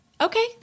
Okay